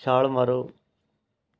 ਛਾਲ ਮਾਰੋ